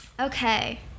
Okay